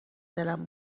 دلم